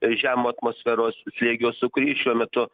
žemo atmosferos slėgio sūkurys šiuo metu